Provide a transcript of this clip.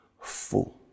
full